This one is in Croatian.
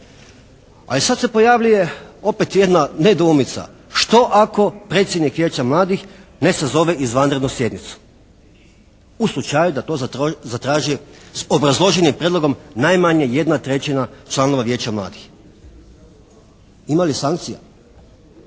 Ali sada se pojavljuje opet jedna nedoumica, što ako predsjednik Vijeća mladih ne sazove izvanrednu sjednicu u slučaju da to zatraži s obrazloženim prijedlogom najmanje jedna trećina članova Vijeća mladih. Ima li sankcija?